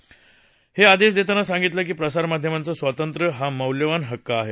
पिठानं हे आदेश देताना सांगितलं की प्रसारमाध्यमांचं स्वातंत्र्य हा मौल्यवान हक्क आहे